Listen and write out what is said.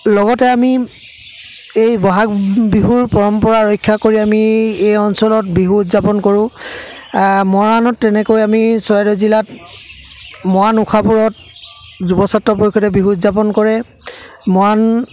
লগতে আমি এই ব'হাগ বিহুৰ পৰম্পৰা ৰক্ষা কৰি আমি এই অঞ্চলত বিহু উদযাপন কৰোঁ আ মৰাণত তেনেকৈ আমি চৰাইদেউ জিলাত মৰাণ উষাপুৰত যুৱ ছাত্ৰ পৰিষদে বিহু উদযাপন কৰে মৰাণ